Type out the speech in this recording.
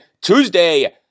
Tuesday